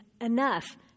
enough